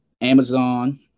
amazon